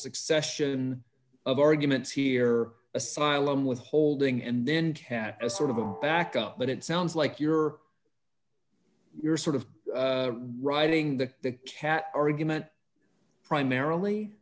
succession of arguments here asylum withholding and then tat is sort of a back up but it sounds like you're you're sort of writing the cat argument primarily